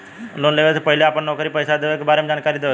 Loan लेवे से पहिले अपना नौकरी पेसा के बारे मे जानकारी देवे के होला?